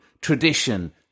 tradition